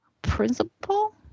principle